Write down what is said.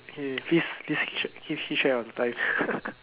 okay please please keep please keep track of the time